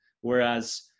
Whereas